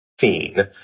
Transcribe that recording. seen